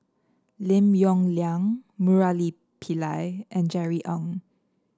Lim Yong Liang Murali Pillai and Jerry Ng